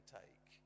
take